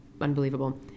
unbelievable